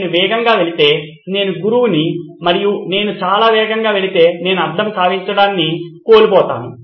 నేను వేగంగా వెళితే నేను గురువుని మరియు నేను చాలా వేగంగా వెళితే నేను అర్థం కావించడంని కోల్పోతాను